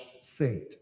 saint